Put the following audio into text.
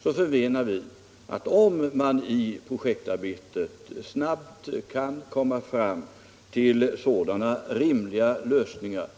förmenar att NJA bör kunna få lägga ut beställningar, om man i projektarbetet snabbt kan komma fram till rimliga lösningar.